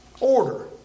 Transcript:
Order